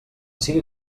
sigui